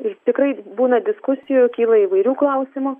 ir tikrai būna diskusijų kyla įvairių klausimų